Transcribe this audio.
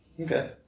Okay